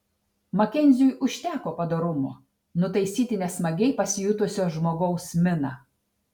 makenziui užteko padorumo nutaisyti nesmagiai pasijutusio žmogaus miną